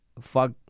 fuck